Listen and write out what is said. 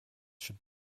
should